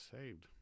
saved